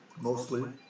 mostly